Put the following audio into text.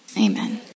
Amen